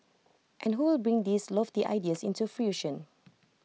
and who will bring these lofty ideas into fruition